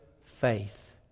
faith